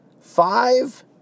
Five